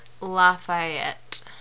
Lafayette